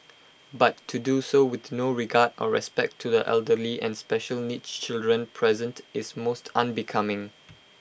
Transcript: but to do so with no regard or respect to the elderly and special needs children present is most unbecoming